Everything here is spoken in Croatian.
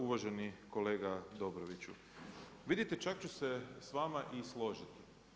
Uvaženi kolega Dobroviću, vidite čak ću se s vama i složiti.